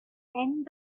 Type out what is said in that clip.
end